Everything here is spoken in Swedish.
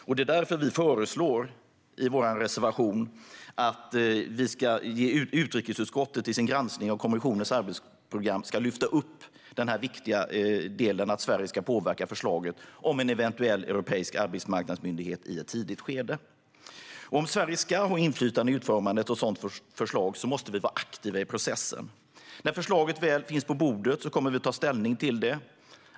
Vi föreslår därför i vår reservation att utrikesutskottet i sin granskning av kommissionens arbetsprogram ska lyfta fram det viktiga att Sverige ska påverka förslaget om en eventuell europeisk arbetsmarknadsmyndighet i ett tidigt skede. Om Sverige ska ha inflytande i utformandet av ett sådant förslag måste vi vara aktiva i processen. När ett förslag väl finns på bordet kommer vi att ta ställning till det.